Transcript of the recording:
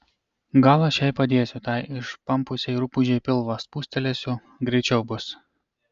gal aš jai padėsiu tai išpampusiai rupūžei pilvą spustelėsiu greičiau bus